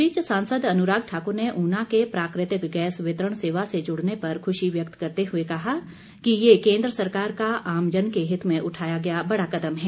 इस बीच सांसद अनुराग ठाक्र ने ऊना के प्राकृतिक गैस वितरण सेवा से जुड़ने पर खुशी व्यक्त करते हुए कहा कि ये केन्द्र सरकार का आमजन के हित में उठाया गया बड़ा कदम है